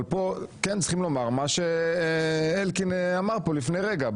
אבל פה כן צריכים לומר מה שאלקין אמר פה לפני רגע,